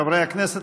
חברי הכנסת,